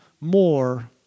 more